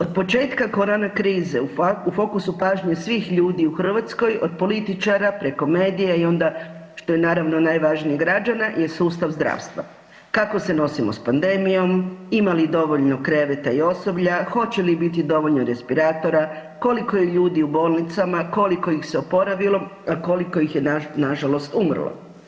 Od početka korona krize u fokusu pažnje svih ljudi u Hrvatskoj, od političara preko medija i onda, što je naravno najvažnije, građana je sustav zdravstva, kako se nosimo s pandemijom, ima li dovoljno kreveta i osoblja, hoće li biti dovoljno respiratora, koliko je ljudi u bolnicama, koliko ih se oporavilo, a koliko ih je nažalost umrlo.